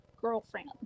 girlfriend